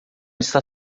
está